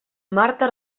marta